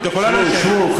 שבו, שבו.